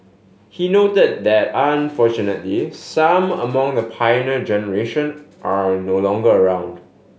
he noted that unfortunately some among the Pioneer Generation are no longer around